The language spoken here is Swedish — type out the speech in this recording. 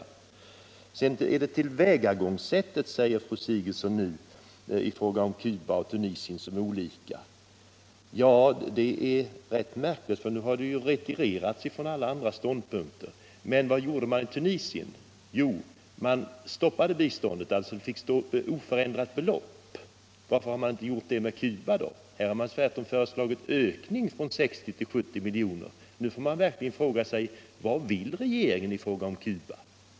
Det är tillvägagångssättet som är olika i fråga om Cuba och Tunisien, säger fru Sigurdsen. Detta är rätt märkligt, för nu har det retirerats från alla andra ståndpunkter. Men vad gjorde regeringen beträffande Tunisien? Jo, man kvarhöll biståndet vid oförändrat belopp. Varför har man inte gjort det i fråga om Cuba? Här har regeringen i stället föreslagit ökning av biståndet från 60 till 70 miljoner. Då finns det sannerligen anledning att fråga: Vad vill regeringen i fråga om Cuba?